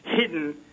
hidden